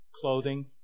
clothing